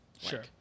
Sure